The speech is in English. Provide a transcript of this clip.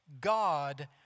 God